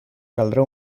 caldrà